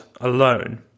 alone